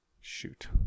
shoot